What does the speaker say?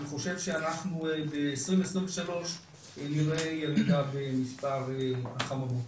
אני חושב שאנחנו ב-2023 נראה ירידה במספר החממות.